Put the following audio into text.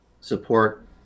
support